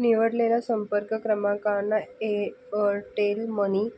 निवडलेल्या संपर्क क्रमांकांना एअरटेल मनी